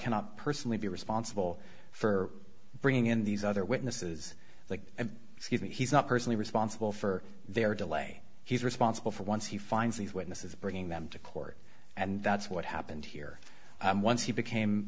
cannot personally be responsible for bringing in these other witnesses like excuse me he's not personally responsible for their delay he's responsible for once he finds these witnesses bring them to court and that's what happened here and once he became